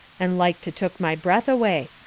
and like to took my breath away.